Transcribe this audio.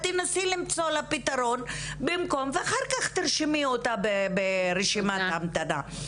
תנסי למצוא לה פתרון ואחר כך תרשמי אותה ברשימת ההמתנה.